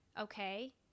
okay